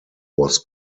was